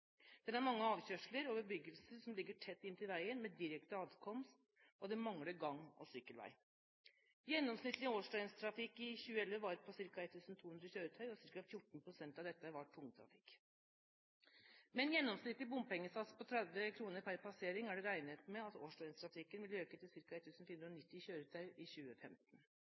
Den har mange avkjørsler og bebyggelse som ligger tett inntil veien med direkte adkomst, og det mangler gang- og sykkelvei. Gjennomsnittlig årsdøgntrafikk i 2011 var på ca. 1 200 kjøretøy og ca. 14 pst. av dette var tungtrafikk. Med en gjennomsnittlig bompengesats på 30 kr per passering er det regnet med at årsdøgntrafikken vil øke til ca.1 490 kjøretøy i 2015.